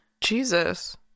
Jesus